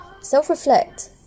Self-reflect